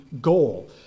goal